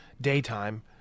daytime